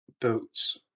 boats